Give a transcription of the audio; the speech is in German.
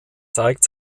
zeigt